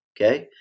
okay